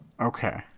Okay